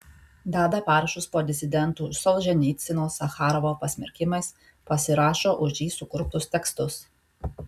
deda parašus po disidentų solženicyno sacharovo pasmerkimais pasirašo už jį sukurptus tekstus